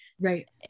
Right